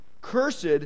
Cursed